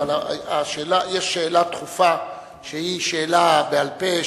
אבל יש שאלה דחופה שהיא שאלה בעל-פה,